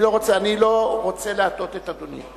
אני לא רוצה להטעות את אדוני.